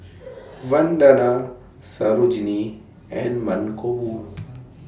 Vandana Sarojini and Mankombu